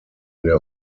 der